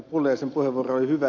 pulliaisen puheenvuoro oli hyvä